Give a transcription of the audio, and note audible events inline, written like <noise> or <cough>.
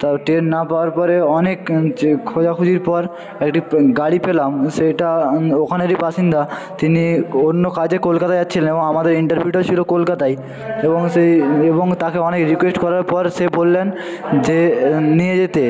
তাও ট্রেন না পাওয়ার পরে অনেক যে খোঁজাখুঁজির পর একটি <unintelligible> গাড়ি পেলাম সেটা আমি ওখানেরই বাসিন্দা তিনি অন্য কাজে কলকাতা যাচ্ছিলেন আমাদের ইন্টারভিউটা ছিলো কলকাতায় এবং সেই এবং তাকে অনেক রিকুয়েষ্ট করার পর সে বললেন যে নিয়ে যেতে